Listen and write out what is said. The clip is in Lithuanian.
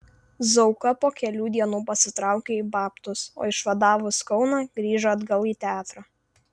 zauka po kelių dienų pasitraukė į babtus o išvadavus kauną grįžo atgal į teatrą